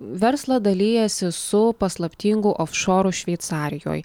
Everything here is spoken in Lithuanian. verslą dalijasi su paslaptingu ofšoru šveicarijoj